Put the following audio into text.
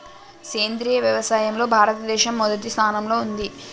సేంద్రియ వ్యవసాయంలో భారతదేశం మొదటి స్థానంలో ఉంది